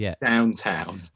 downtown